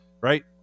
right